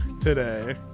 today